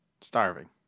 Starving